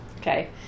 okay